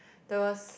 the